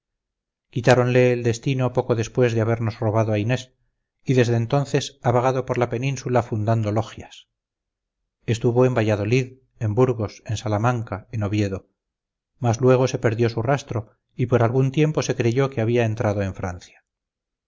quitáronle el destino poco después de habernos robado a inés y desde entonces ha vagado por la península fundando logias estuvo en valladolid en burgos en salamanca en oviedo mas luego se perdió su rastro y por algún tiempo se creyó que había entrado en francia